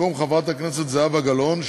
במקום חברת הכנסת זהבה גלאון,